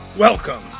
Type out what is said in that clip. Welcome